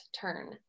turn